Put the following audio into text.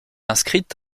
inscrite